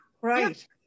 right